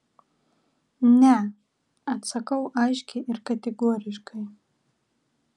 ne atsakau aiškiai ir kategoriškai